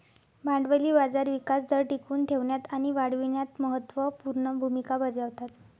भांडवली बाजार विकास दर टिकवून ठेवण्यात आणि वाढविण्यात महत्त्व पूर्ण भूमिका बजावतात